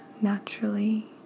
naturally